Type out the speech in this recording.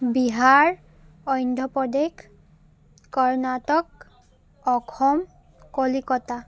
Bihar Andhra Pradesh Karnataka Assam Kolkata